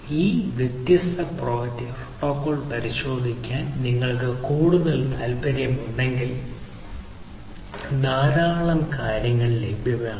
ഈ പ്രത്യേക പ്രോട്ടോക്കോൾ പരിശോധിക്കാൻ നിങ്ങൾക്ക് കൂടുതൽ താൽപ്പര്യമുണ്ടെങ്കിൽ ധാരാളം കാര്യങ്ങൾ ലഭ്യമാണ്